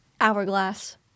hourglass